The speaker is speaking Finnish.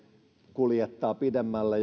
kuljettaa pidemmälle